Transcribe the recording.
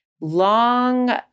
long